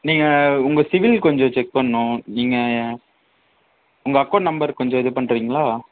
நீங்கள் உங்கள் சிபில் கொஞ்சம் செக் பண்ணணும் நீங்கள் உங்கள் அக்கௌண்ட் நம்பர் கொஞ்சம் இது பண்ணுறீங்களா